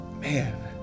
man